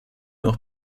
auch